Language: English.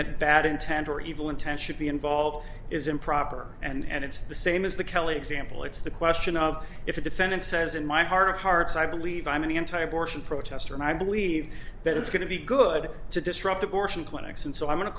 that bad intent or evil intent should be involved is improper and it's the same as the kelly example it's the question of if the defendant says in my heart of hearts i believe i'm in the entire abortion protester and i believe that it's going to be good to disrupt abortion clinics and so i'm go